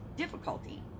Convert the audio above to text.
Difficulty